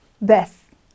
Beth